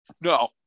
no